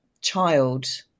child